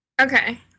okay